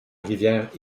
rivière